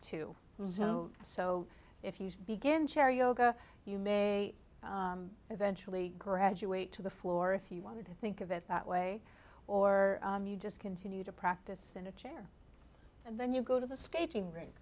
too so if you begin chair yoga you may eventually graduate to the floor if you want to think of it that way or you just continue to practice in a chair and then you go to the skating rink